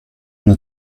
una